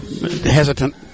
hesitant